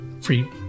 free